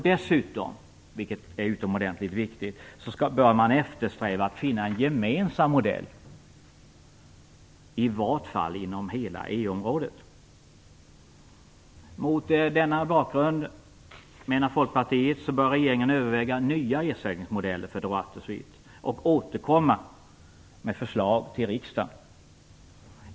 Dessutom, vilket är utomordentligt viktigt, bör man eftersträva att finna en gemensam modell i vart fall inom hela EU-området. Mot denna bakgrund menar Folkpartiet att regeringen bör överväga nya ersättningsmodeller för droit de suite och återkomma med förslag till riksdagen.